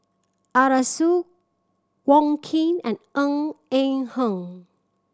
Arasu Wong Keen and Ng Eng Hen